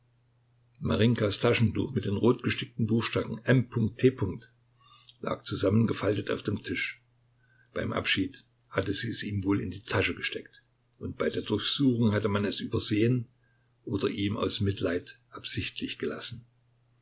taschentuch mit den rotgestickten buchstaben m t lag zusammengefaltet auf dem tisch beim abschied hatte sie es ihm wohl in die tasche gesteckt und bei der durchsuchung hatte man es übersehen oder ihm aus mitleid absichtlich gelassen